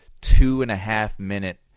two-and-a-half-minute